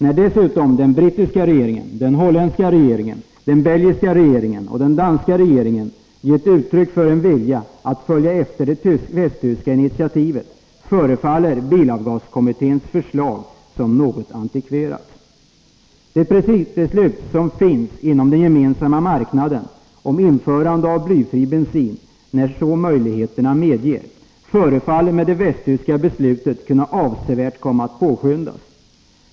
När dessutom ' den brittiska regeringen, den holländska regeringen, den belgiska regeringen och den danska regeringen gett uttryck för en vilja att följa efter det västtyska initiativet, förefaller bilavgaskommitténs förslag som något antikverat. Det principbeslut som finns inom den gemensamma marknaden om införandet av blyfri bensin, när möjligheterna så medger, förefaller i och med det västtyska beslutet kunna avsevärt påskyndas.